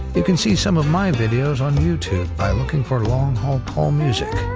you can see some of my videos on youtube by looking for long haul paul music.